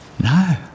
No